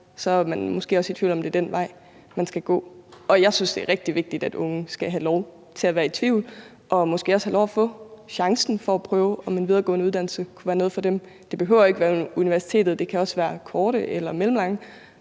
er man måske også i tvivl om, om det er den vej, man skal gå. Jeg synes, det er rigtig vigtigt, at unge skal have lov til at være i tvivl og måske også have lov til at få chancen for at prøve, om en videregående uddannelse kunne være noget for dem. Det behøver ikke at være universitetet – det kan også være korte eller længere